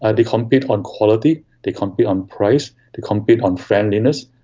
and compete on quality, they compete on price, they compete on friendliness.